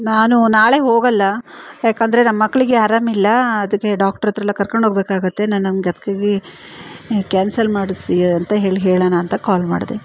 ನಾನು ನಾಳೆ ಹೋಗಲ್ಲ ಯಾಕೆಂದರೆ ನಮ್ಮ ಮಕ್ಕಳಿಗೆ ಆರಾಮಿಲ್ಲ ಅದಕ್ಕೆ ಡಾಕ್ಟರ್ ಹತ್ರೆಲ್ಲ ಕರ್ಕೊಂಡು ಹೋಗಬೇಕಾಗತ್ತೆ ನಾನು ನನಗೆ ಅದಕ್ಕಾಗಿ ಕ್ಯಾನ್ಸಲ್ ಮಾಡಿಸಿ ಅಂತ ಹೇಳಿ ಹೇಳೋಣ ಅಂತ ಕಾಲ್ ಮಾಡಿದೆ